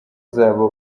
zabo